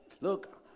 Look